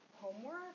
homework